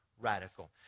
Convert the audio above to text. radical